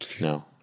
no